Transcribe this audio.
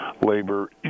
labor